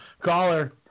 Caller